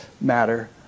matter